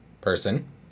person